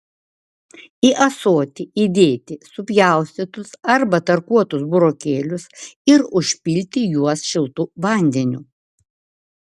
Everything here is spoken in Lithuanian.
į ąsotį įdėti supjaustytus arba tarkuotus burokėlius ir užpilti juos šiltu vandeniu